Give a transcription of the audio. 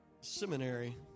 Seminary